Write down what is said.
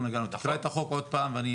קרא את החוק עוד פעם.